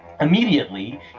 Immediately